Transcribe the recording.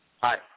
Hi